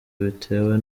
bitewe